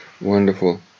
Wonderful